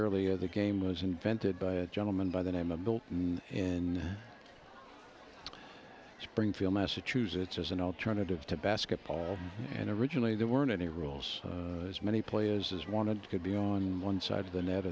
earlier the game was invented by a gentleman by the name of built in springfield massachusetts as an alternative to basketball and originally there weren't any rules as many players as wanted could be on one side of the net